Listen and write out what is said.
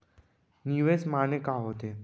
निवेश माने का होथे?